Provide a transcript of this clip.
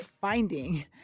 finding